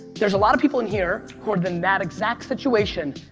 there's a lot of people in here who are in that exact situation,